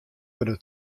wurde